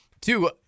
Two